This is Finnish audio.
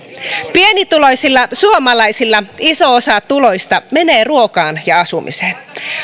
pienituloisilla suomalaisilla iso osa tuloista menee ruokaan ja asumiseen